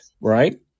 right